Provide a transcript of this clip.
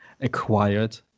acquired